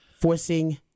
forcing